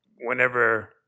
whenever